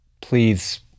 please